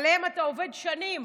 שעליהם אתה עובד שנים.